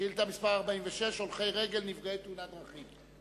שאילתא מס' 46: הולכי רגל נפגעי תאונת דרכים.